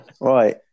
Right